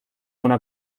una